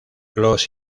los